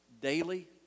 daily